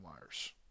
Myers